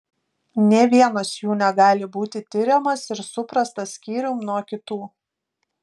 nė vienas jų negali būti tiriamas ir suprastas skyrium nuo kitų